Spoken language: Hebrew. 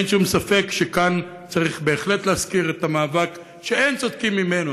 אין שום ספק שכאן צריך בהחלט להזכיר את המאבק שאין צודק ממנו,